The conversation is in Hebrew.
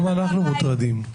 גם אנחנו מוטרדים.